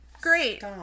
great